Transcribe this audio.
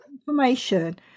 information